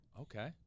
Okay